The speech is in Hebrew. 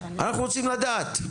אנחנו רוצים לדעת.